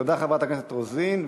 תודה, חברת הכנסת רוזין.